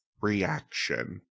reaction